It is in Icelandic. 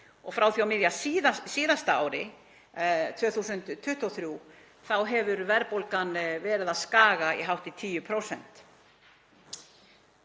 Frá miðju síðasta ári, 2023, hefur verðbólgan verið að skaga í hátt í 10%